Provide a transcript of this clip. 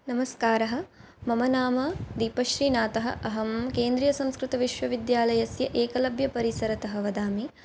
नमस्कारः मम नाम दीपश्रीनाथः अहं केन्द्रीयसंस्कृतविश्वविद्यालयस्य एकलव्यपरिसरतः वदामि